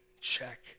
check